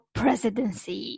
presidency